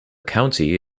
county